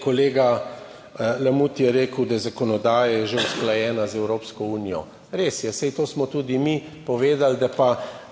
Kolega Lamut je rekel, da je zakonodaja že usklajena z Evropsko unijo. Res je, saj to smo tudi mi povedali,